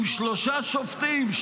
אם שלושה שופטים,